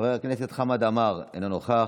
חבר הכנסת חמד עמאר, אינו נוכח,